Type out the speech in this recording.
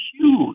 huge